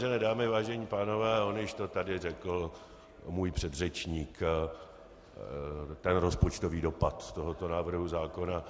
Vážené dámy, vážení pánové, on již to tady řekl můj předřečník ten rozpočtový dopad tohoto návrhu zákona.